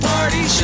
Party